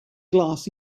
glass